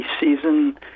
season